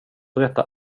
berätta